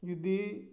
ᱡᱩᱫᱤ